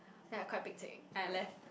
then I quite pek-chek I left